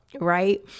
Right